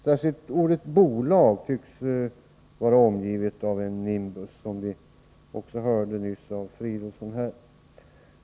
Särskilt ordet bolag tycks — som vi hörde nyss i Filip Fridolfssons anförande — vara omgivet av en nimbus.